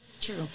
True